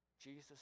Jesus